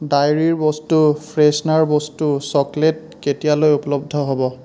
ডায়েৰীৰ বস্তু ফ্ৰেছনাৰ বস্তু চকলেট কেতিয়ালৈ উপলব্ধ হ'ব